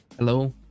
Hello